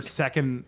second